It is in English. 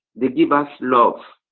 they give us love.